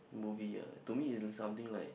movie ah to me it's something like